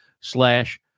slash